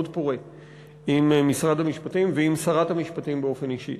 פורה עם משרד המשפטים ועם שרת המשפטים באופן אישי,